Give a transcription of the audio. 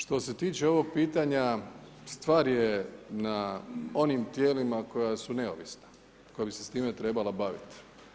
Što se tiče ovog pitanja stvar je na onim tijelima koja su neovisna, koja bi se sa time trebala baviti.